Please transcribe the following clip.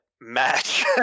match